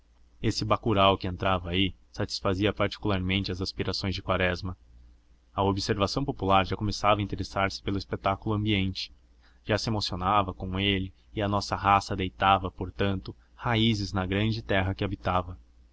este bacurau que entrava aí satisfazia particularmente às aspirações de quaresma a observação popular já começava a interessar-se pelo espetáculo ambiente já se emocionava com ele e a nossa raça deitava portanto raízes na grande terra que habitava